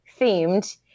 themed